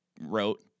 wrote